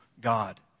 God